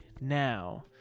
Now